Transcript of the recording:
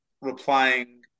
replying